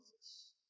Jesus